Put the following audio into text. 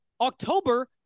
October –